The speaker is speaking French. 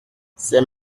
c’est